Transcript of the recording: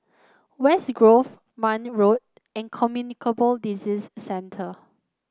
West Grove Marne Road and Communicable Disease Centre